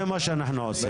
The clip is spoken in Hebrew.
זה מה שאנחנו עושים,